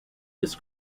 this